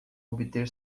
obter